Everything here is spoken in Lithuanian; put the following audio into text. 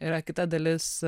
yra kita dalis